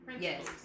yes